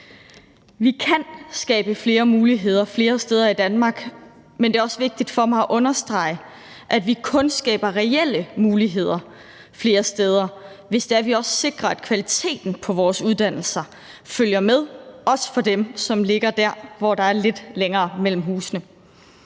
Vi kan skabe flere muligheder flere steder i Danmark, men det er også vigtigt for mig at understrege, at vi kun skaber reelle muligheder flere steder, hvis det er, at vi også sikrer, at kvaliteten på vores uddannelser også følger med for dem, som ligger der, hvor der er lidt længere mellem husene.